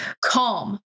calm